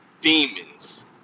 demons